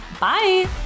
Bye